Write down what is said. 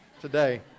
today